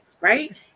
right